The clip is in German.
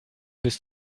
bis